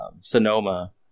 Sonoma